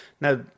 Now